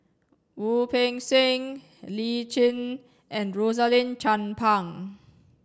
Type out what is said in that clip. Wu Peng Seng Lee Tjin and Rosaline Chan Pang